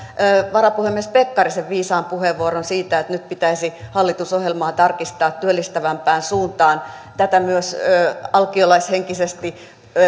varapuhemies pekkarisen viisaan puheenvuoron siitä että nyt pitäisi hallitusohjelmaa tarkistaa työllistävämpään suuntaan tätä myös alkiolaishenkisesti